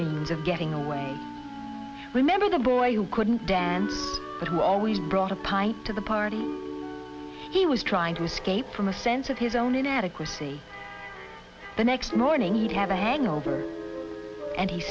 means of getting away remember the boy who couldn't dance but who always brought a pipe to the party he was trying to escape from a sense of his own inadequacy the next morning he'd have a hangover and he